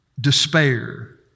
despair